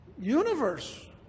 universe